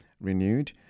renewed